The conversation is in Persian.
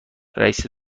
رئیس